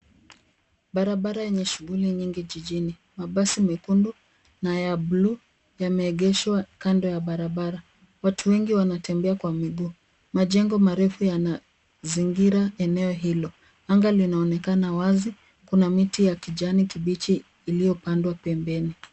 Barabara yenye shughuli nyingi jijini, mabasi mekundu na ya blue yameegeshwa kando ya barabara , watu wengi wanatembea kwa miguu, majengo marefu yanazingira eneo hilo. Anga linaonekana wazi, kuna miti ya kijani kibichi iliyopandwa pembeni.